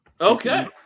Okay